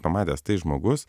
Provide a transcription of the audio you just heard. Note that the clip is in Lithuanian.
pamatęs tai žmogus